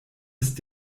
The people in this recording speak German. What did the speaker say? ist